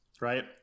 right